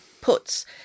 puts